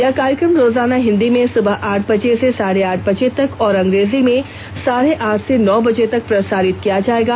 यह कार्यक्रम रोजाना हिंदी में सुबह आठ बजे से साढे आठ बजे तक और अंग्रेजी में साढे आठ से नौ बजे तक प्रसारित किया जाएगा